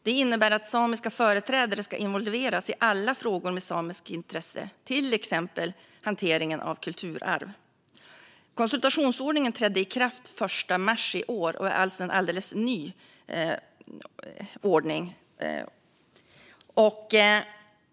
Den innebär att samiska företrädare ska involveras i alla frågor med samiskt intresse, till exempel hanteringen av kulturarv. Konsultationsordningen trädde i kraft den 1 mars i år och är alltså en alldeles ny ordning.